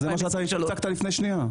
זה מה שהצגת לפני שניה.